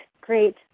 great